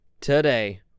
Today